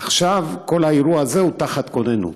עכשיו כל האירוע הזה עכשיו הוא תחת כוננות.